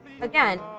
again